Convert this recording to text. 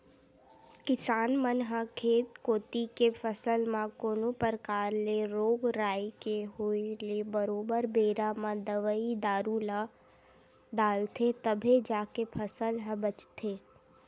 किसान मन ह खेत कोती के फसल म कोनो परकार ले रोग राई के होय ले बरोबर बेरा म दवई दारू ल डालथे तभे जाके फसल ह बचथे